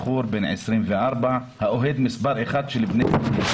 בחור בן 24. האוהד מספר אחת של בני סכנין.